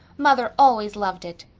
mother always loved it.